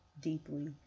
deeply